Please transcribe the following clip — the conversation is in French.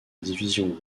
division